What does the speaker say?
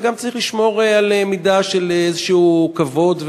וגם צריך לשמור על מידה של איזשהו כבוד,